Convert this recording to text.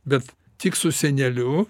bet tik su seneliu